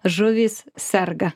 žuvys serga